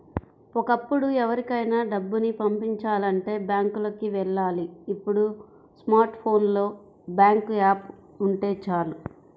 ఒకప్పుడు ఎవరికైనా డబ్బుని పంపిచాలంటే బ్యాంకులకి వెళ్ళాలి ఇప్పుడు స్మార్ట్ ఫోన్ లో బ్యాంకు యాప్ ఉంటే చాలు